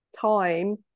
time